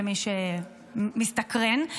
למי שמסתקרן,